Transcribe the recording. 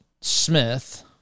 Smith